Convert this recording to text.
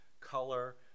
color